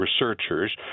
researchers